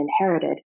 inherited